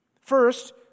First